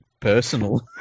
personal